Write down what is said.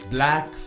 Black